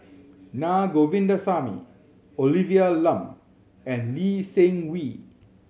Na Govindasamy Olivia Lum and Lee Seng Wee